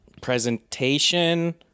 presentation